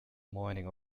mining